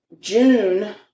June